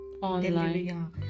Online